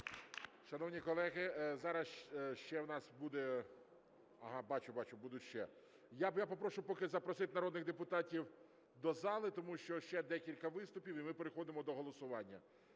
Шановні колеги, зараз ще в нас буде… Бачу-бачу, будуть ще. Я попрошу поки запросити народних депутатів до зали, тому що ще декілька виступів і ми переходимо до голосування.